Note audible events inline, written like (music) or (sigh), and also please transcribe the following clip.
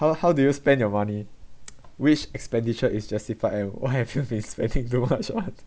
how how do you spend your money which expenditure is justified and what have you been spending (laughs) too much on